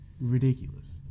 Ridiculous